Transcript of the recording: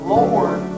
Lord